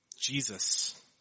Jesus